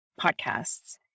podcasts